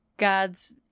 God's